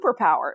superpower